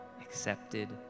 accepted